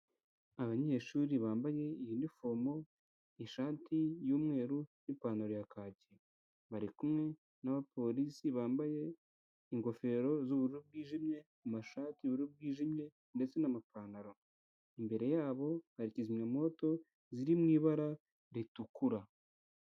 Abanyeshuri bambaye inifomu, ishati y'umweru n'ipantaro ya kaki, bari kumwe n'abapolisi bambaye ingofero z'ubururu bwijimye, amashati y'ubururu bwijimye ndetse n'amapantaro, imbere yabo hari kizimyamowoto ziri mu ibara ritukura.